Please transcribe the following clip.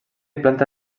planta